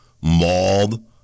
mauled